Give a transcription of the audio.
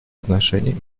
отношений